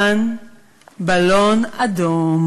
ולניסן בלון אדום.